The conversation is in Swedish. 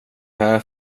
här